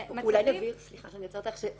סליחה שאני עוצר אותך.